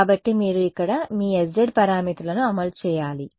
కాబట్టి మీరు ఇక్కడ మీ sz పారామితులను అమలు చేయాలి